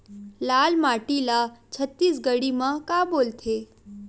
लाल माटी ला छत्तीसगढ़ी मा का बोलथे?